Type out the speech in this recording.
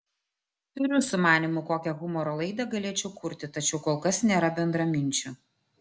turiu sumanymų kokią humoro laidą galėčiau kurti tačiau kol kas nėra bendraminčių